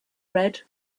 red